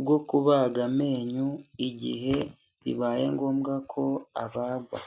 bwo kubaga amenyo, igihe bibaye ngombwa ko abagwa.